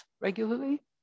regularly